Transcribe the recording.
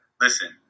Listen